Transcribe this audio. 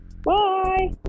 Bye